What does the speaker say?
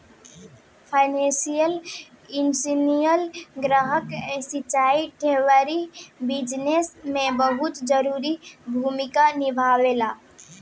financial engineering ग्राहक संचालित derivative business में बहुत जरूरी भूमिका निभावेला